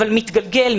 אבל מתגלגל,